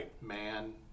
man